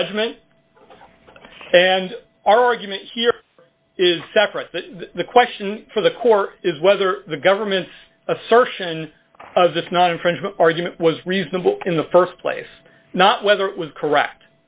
judgment and our argument here is separate but the question for the court is whether the government's assertion of this not infringement argument was reasonable in the st place not whether it was correct